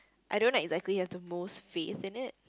I don't exactly have the most fee isn't it